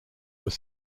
were